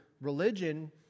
religion